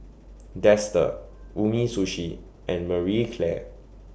Dester Umisushi and Marie Claire